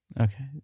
Okay